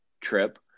trip